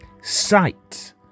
Sight